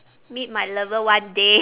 meet my lover one day